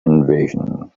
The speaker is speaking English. invasion